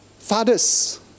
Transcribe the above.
Fathers